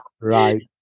right